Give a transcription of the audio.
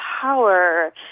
power